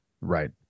Right